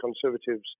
Conservatives